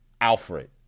Alfred